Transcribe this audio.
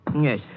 Yes